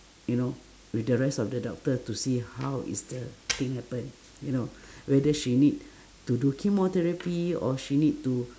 you know with the rest of the doctor to see how is the thing happen you know whether she need to do chemotherapy or she need to